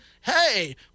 hey